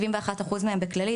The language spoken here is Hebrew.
כ-71% מהם בקופת חולים כללית,